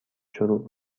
شروع